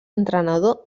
entrenador